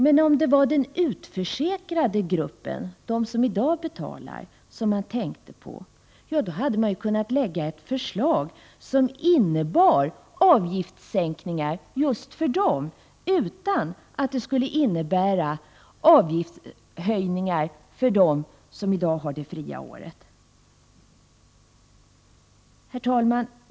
Men om det var den utförsäkrade gruppen, de som i dag betalar, som utskottsmajoriteten tänkte på hade man kunnat lägga fram ett förslag som innebar avgiftssänkningar just för dem, utan att det innebar avgiftshöjningar för dem som i dag har det fria året. Herr talman!